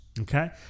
okay